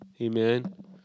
Amen